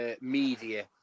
media